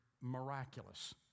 miraculous